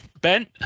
Ben